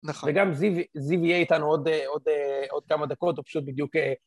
נכון. וגם זיו יהיה איתנו עוד כמה דקות, הוא פשוט בדיוק...